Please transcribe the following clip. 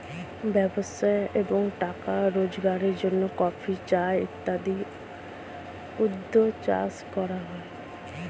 ব্যবসা এবং টাকা রোজগারের জন্য কফি, চা ইত্যাদি উদ্ভিদ চাষ করা হয়